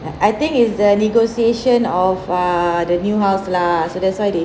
I think is the negotiation of err the new house lah so that's why they